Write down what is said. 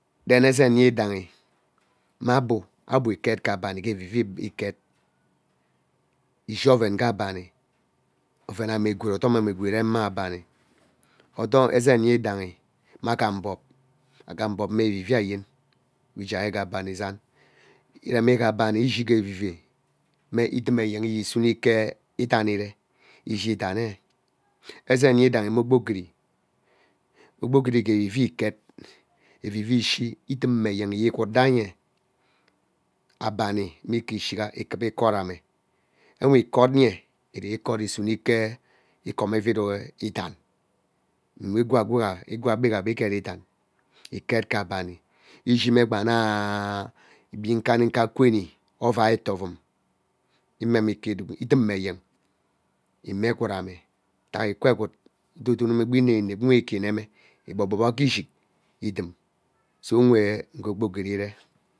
Then ezen yidaihi me abo, abo iket ke abani gee evivei iket ishi oven gee abani oven eme gwood odomaine gwood ireme abani adom. ezen yidaihi akabog, akabog me gee evvivei mme idum eyen igee sume ike idam iree ishi idaine ezen yidaihi me ogbogiri ke evivie iket evivei ishi iduma eyen igee igwet ranye abani mme ike ishiga ikwaa ikok ame nwe ikot-uye iri ikok okom ike kom evid idan mme igwaa gbegha we igeri idan iket ke abani ishi mme agba naaa igbi nkamika kweni ovai eto ovun imeme ike idube ntak ikwa egwood idodonome inevi inep ntak me ike ineme igbogboa ke ishig idim so nwe ngee ogbogri iree